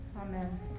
Amen